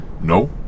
No